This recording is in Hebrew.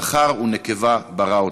זכר ונקבה ברא אותם.